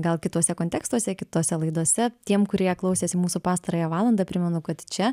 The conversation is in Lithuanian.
gal kituose kontekstuose kitose laidose tiem kurie klausėsi mūsų pastarąją valandą primenu kad čia